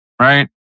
right